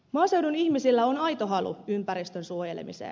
maaseudun ihmisillä on aito halu ympäristön suojelemiseen